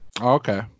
Okay